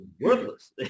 worthless